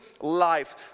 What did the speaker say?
life